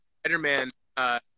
Spider-Man